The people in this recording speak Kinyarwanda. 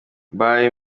mbaye